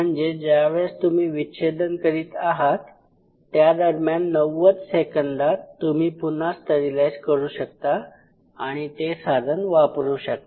म्हणजे ज्यावेळेस तुम्ही विच्छेदन करीत आहात त्यादरम्यान 90 सेकंदात तुम्ही पुन्हा स्टरीलाईज करू शकता आणि ते साधन वापरू शकता